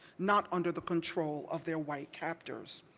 not under the control of their white captors.